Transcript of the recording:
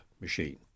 machine